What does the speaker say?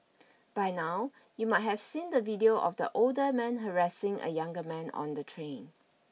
by now you might have seen the video of the older man harassing a younger man on the train